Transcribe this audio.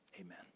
Amen